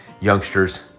youngsters